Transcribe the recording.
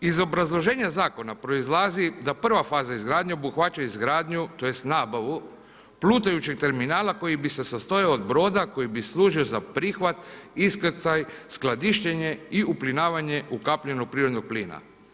Iz obrazloženja zakona proizlazi da prva faza izgradnje obuhvaća izgradnju, tj. nabavu plutajućeg terminala koji bi se sastojao od broda koji bi služio za prihvat, iskrcaj, skladištenje i uplinjavanje ukapljenog prirodnog plina.